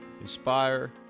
inspire